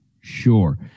sure